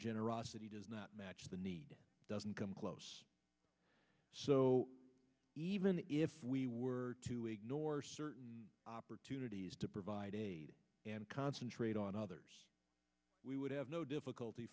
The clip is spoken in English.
generosity does not match the need doesn't come close so even if we were to ignore certain opportunities to provide aid and concentrate on others we would have no difficulty